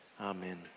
Amen